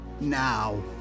Now